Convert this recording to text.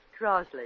Crosley